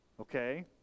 Okay